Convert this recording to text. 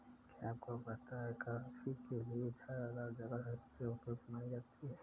क्या आपको पता है कॉफ़ी के लिए छायादार जगह सबसे उपयुक्त मानी जाती है?